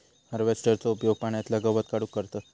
हार्वेस्टरचो उपयोग पाण्यातला गवत काढूक करतत